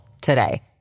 today